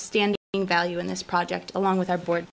stand value in this project along with our board